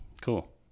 Cool